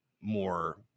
more